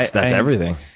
that's that's everything.